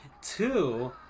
two